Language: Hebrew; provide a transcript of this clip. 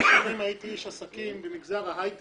אני קודם הייתי איש עסקים במגזר ההייטק.